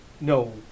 No